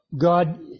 God